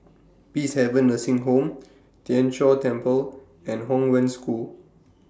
Peacehaven Nursing Home Tien Chor Temple and Hong Wen School